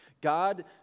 God